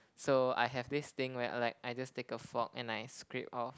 so I have this thing where like I just take a fork and I scrape off